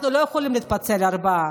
אנחנו לא יכולים להתפצל כארבעה.